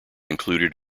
included